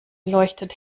leuchtet